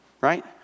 right